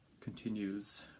continues